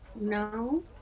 No